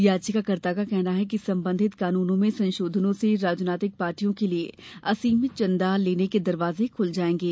याचिकाकर्ता का कहना है कि संबंधित कानूनों में संशोधनों से राजनीतिक पार्टियों के लिए असीमित चंदा लेने के दरवाजे खुल जाएंगे